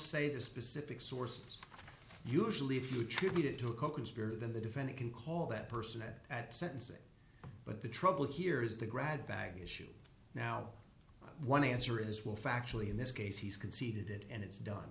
say the specific sources usually if you attribute it to a coconspirator then the defendant can call that person at at sentencing but the trouble here is the grab bag issue now one answer is will factually in this case he's conceded it and it's done